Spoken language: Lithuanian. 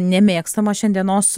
nemėgstamas šiandienos